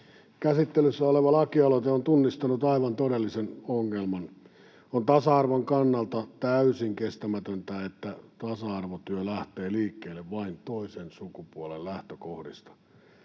Käsittelyssä oleva lakialoite on tunnistanut aivan todellisen ongelman. On tasa-arvon kannalta täysin kestämätöntä, että tasa-arvotyö lähtee liikkeelle vain toisen sukupuolen lähtökohdista.